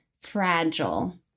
fragile